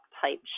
type